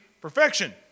perfection